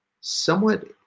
somewhat